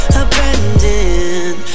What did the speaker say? abandoned